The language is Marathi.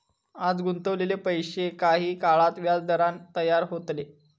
आज गुंतवलेले पैशे काही काळान व्याजदरान तयार होतले